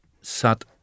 sat